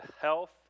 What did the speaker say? health